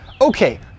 okay